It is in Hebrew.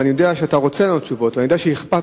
ואני יודע שאתה רוצה לענות תשובות ואני יודע שאכפת